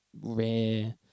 rare